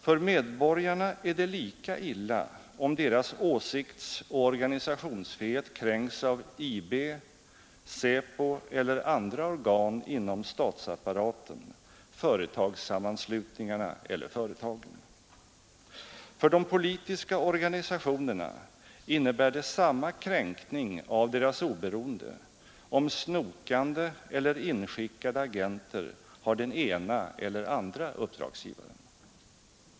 För medborgarna är det lika illa om deras åsiktsoch organisationsfrihet kränks av IB, SÄPO eller andra organ inom statsapparaten, företagssammanslutningarna eller företagen. För de politiska organisationerna innebär det samma kränkning av deras oberoende om snokande eller inskickade agenter har den ena eller andra uppdragsgivaren.